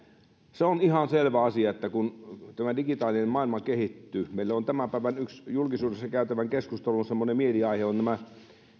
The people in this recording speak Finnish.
se on ihan selvä asia että kun tämä digitaalinen maailma kehittyy meillä tämän päivän julkisuudessa käytävän keskustelun yksi semmoinen mieliaihe on